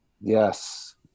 yes